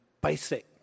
basic